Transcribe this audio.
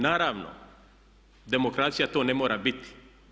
Naravno demokracija to ne mora biti.